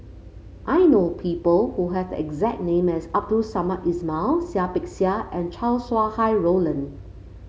I know people who have the exact name as Abdul Samad Ismail Seah Peck Seah and Chow Sau Hai Roland